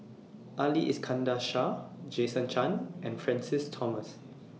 Ali Iskandar Shah Jason Chan and Francis Thomas